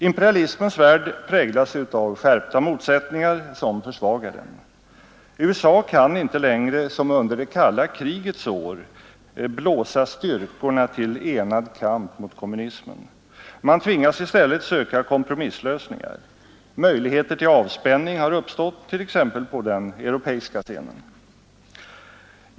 Imperialismens värld präglas av skärpta motsättningar, som försvagar den. USA kan inte längre, som under det kalla krigets år, blåsa styrkorna till enad kamp mot kommunismen. Man tvingas i stället söka kompromisslösningar. Möjligheter till avspänning har uppstått t.ex. på den europeiska scenen.